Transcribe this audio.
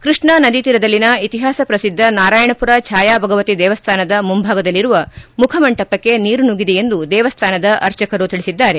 ಕೃಷ್ಣಾ ನದಿ ತೀರದಲ್ಲಿನ ಇತಿಹಾಸ ಪ್ರಸಿದ್ಧ ನಾರಾಯಣಪುರ ಛಾಯಾಭಗವತಿ ದೇವಸ್ಥಾನದ ಮುಂಭಾಗದಲ್ಲಿರುವ ಮುಖಮಂಟಪಕ್ಕೆ ನೀರು ನುಗ್ಗಿದೆ ಎಂದು ದೇವಸ್ಥಾನದ ಅರ್ಚಕರು ತಿಳಿಸಿದ್ದಾರೆ